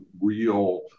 real